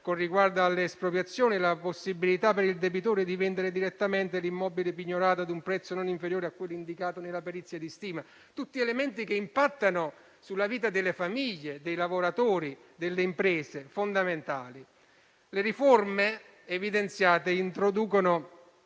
con riguardo alle espropriazioni, la possibilità per il debitore di vendere direttamente l'immobile pignorato a un prezzo non inferiore a quello indicato nella perizia di stima: tutti elementi fondamentali che impattano sulla vita delle famiglie, dei lavoratori e delle imprese. Le riforme evidenziate introducono